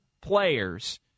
players